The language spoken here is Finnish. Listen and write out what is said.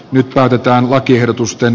nyt päätetään lakiehdotusten